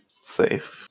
safe